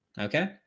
Okay